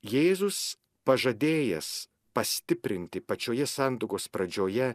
jėzus pažadėjęs pastiprinti pačioje santuokos pradžioje